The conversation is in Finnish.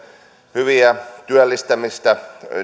hyviä työllistämistä